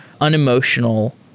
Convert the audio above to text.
unemotional